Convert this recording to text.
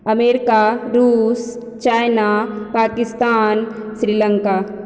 America रूस China Pakistan Sri Lanka